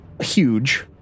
huge